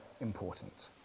important